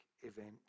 event